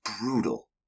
brutal